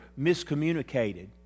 miscommunicated